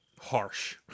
harsh